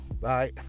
Bye